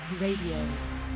Radio